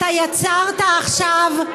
אתה יצרת עכשיו,